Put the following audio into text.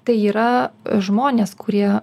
tai yra žmonės kurie